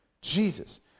Jesus